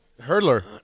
Hurdler